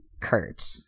Kurt